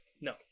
No